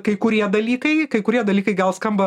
kai kurie dalykai kai kurie dalykai gal skamba